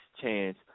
chance